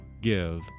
give